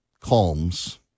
calms